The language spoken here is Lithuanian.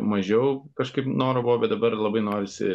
mažiau kažkaip noro buvo bet dabar labai norisi